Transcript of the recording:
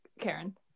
Karen